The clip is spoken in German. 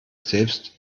selbst